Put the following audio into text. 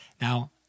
Now